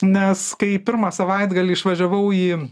nes kai pirmą savaitgalį išvažiavau į